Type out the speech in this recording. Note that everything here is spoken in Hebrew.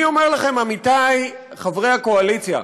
אני אומר לכם, עמיתי חברי הקואליציה,